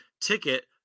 ticket